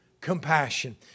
compassion